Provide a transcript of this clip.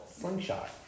slingshot